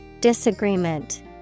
Disagreement